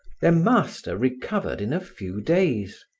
their master recovered in a few days,